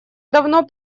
давно